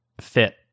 fit